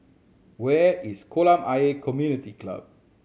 where is Kolam Ayer Community Club